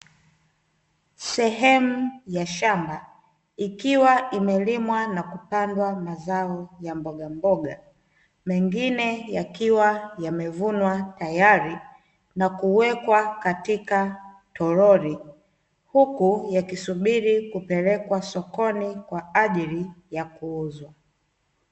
Sehemu ya shamba, ikiwa imelimwa na kupandwa mazao ya mbogamboga, mengine yakiwa yamevunwa tayari na kuwekwa katika toroli, huku yakisubiri kupelekwa sokoni kwa ajili ya kuuzwa.